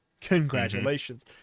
Congratulations